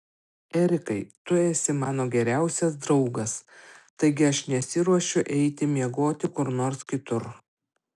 erikai tu esi mano geriausias draugas taigi aš nesiruošiu eiti miegoti kur nors kitur